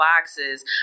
boxes